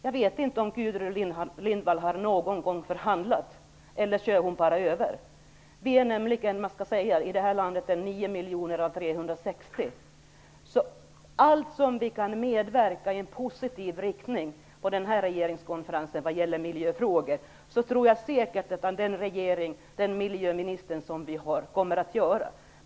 Jag vet inte om Gudrun Lindvall någon gång har förhandlat eller om hon bara kör över. Vi i det här landet är 9 miljoner av 360. Jag tror säkert att vår regering och vår miljöminister kommer att göra allt som går att göra för att vara med och påverka miljöfrågorna i positiv riktning på regeringskonferensen.